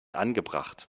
angebracht